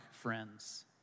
friends